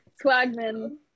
Swagman